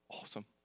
Awesome